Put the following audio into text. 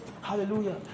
Hallelujah